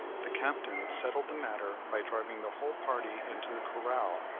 the capitan settled the matter by driving the whole party into the corral,